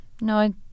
No